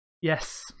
Yes